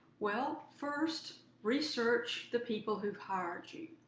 well, first, research the people who've hired you.